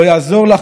לא ייתכן,